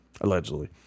allegedly